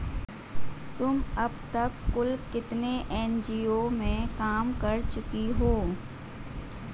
तुम अब तक कुल कितने एन.जी.ओ में काम कर चुकी हो?